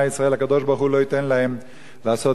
לא ייתן להם לעשות גזירות כאלה.